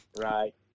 Right